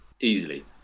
easily